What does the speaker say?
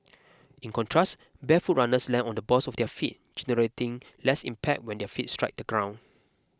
in contrast barefoot runners land on the balls of their feet generating less impact when their feet strike the ground